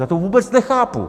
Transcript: Já to vůbec nechápu!